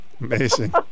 Amazing